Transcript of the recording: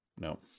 No